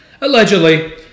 allegedly